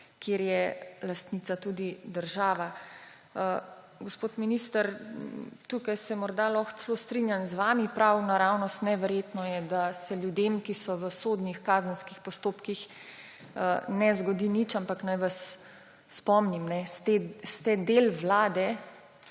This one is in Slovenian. kjer je lastnica tudi država«. Gospod minister, tukaj se morda lahko celo strinjam z vami, prav naravnost neverjetno je, da se ljudem, ki so v sodnih kazenskih postopkih, ne zgodi nič, ampak naj vas spomnim, da ste del vlade,